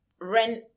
rent